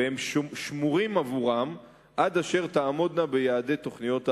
והם שמורים עבורן עד אשר תעמודנה ביעדי תוכניות ההבראה.